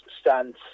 stance